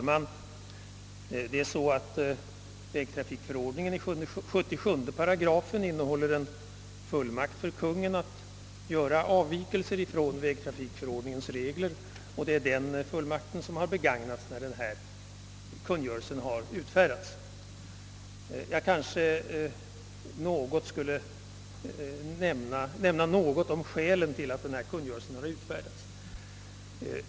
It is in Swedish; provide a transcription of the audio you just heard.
Herr talman! Vägtrafikförordningen 77 8 innehåller en fullmakt för Konungen att göra avvikelser från vägtrafikförordningens regler, och det är denna fullmakt som har begagnats när den aktuella kungörelsen har utfärdats. Jag kanske skulle nämna något om skälen till att denna kungörelse har tillkommit.